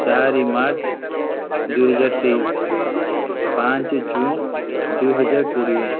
ଚାରି ମାର୍ଚ୍ଚ ଦୁଇହଜାର ତେଇଶି ପାଞ୍ଚ ଜୁନ୍ ଦୁଇହଜାର କୋଡ଼ିଏ